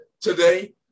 today